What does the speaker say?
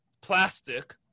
plastic